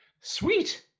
Sweet